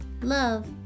love